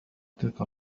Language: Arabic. تلك